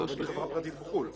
שעובד בחברה פרטית בחו"ל.